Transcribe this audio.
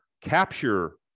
capture